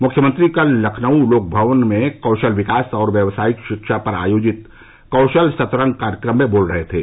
मुख्यमंत्री कल लखनऊ लोकभवन में कौशल विकास और व्यवसायिक शिक्षा पर आयोजित कौशल सतरंग कार्यक्रम में बोल रहे थे